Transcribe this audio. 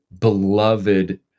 beloved